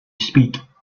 speak